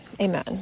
Amen